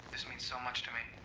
this means so much to me.